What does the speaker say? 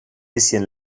bisschen